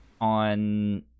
on